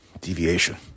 deviation